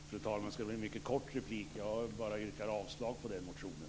Fru talman! Det här ska bli en mycket kort replik. Jag yrkar bara avslag på den nämnda motionen.